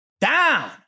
down